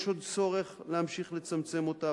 יש עוד צורך להמשיך לצמצם אותה,